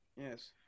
Yes